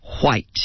white